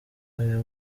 aya